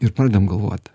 ir pradedam galvot